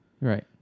Right